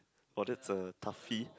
oh that's a toughy